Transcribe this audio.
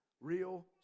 real